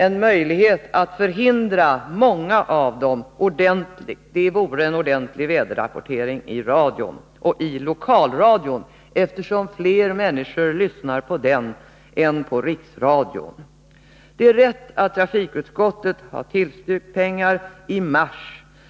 En möjlighet att förhindra många av dem vore en ordentlig väderrapporteringi radion, särskilt i lokalradion, eftersom fler människor lyssnar på den än på riksradion. Det är riktigt att trafikutskottet i mars tillstyrkte pengar.